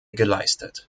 geleistet